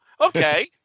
okay